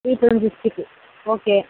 விழுப்புரம் டிஸ்டிரிக்கு ஓகே